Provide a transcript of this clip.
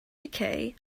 decay